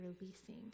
releasing